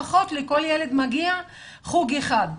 לכל ילד מגיע לפחות חוג אחד.